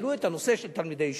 העלו את הנושא של תלמידי הישיבות.